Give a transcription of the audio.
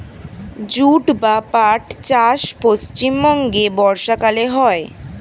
jute বা পাট চাষ পশ্চিমবঙ্গে বর্ষাকালে হয়